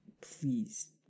Please